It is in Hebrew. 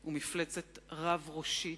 הוא מפלצת רב-ראשית,